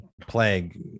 plague